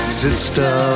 sister